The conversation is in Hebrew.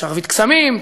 "שרביט קסמים",